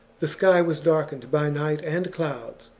the sky was darkened by night and clouds,